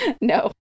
no